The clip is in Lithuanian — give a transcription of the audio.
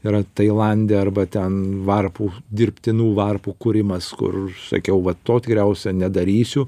yra tailande arba ten varpų dirbtinų varpų kūrimas kur sakiau vat to tikriausia nedarysiu